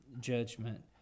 judgment